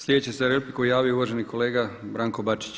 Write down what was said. Sljedeći se za repliku javio uvaženi kolega Branko Bačić.